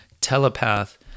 telepath